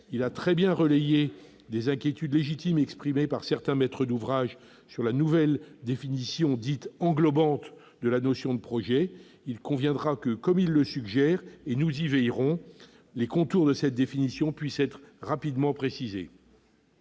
Il a très bien relayé des inquiétudes légitimes exprimées par certains maîtres d'ouvrage sur la nouvelle définition dite « englobante » de la notion de projet ; comme il le suggère, et nous y veillerons, il conviendra que les contours de cette définition puissent être rapidement précisés.